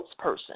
spokesperson